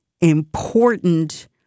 important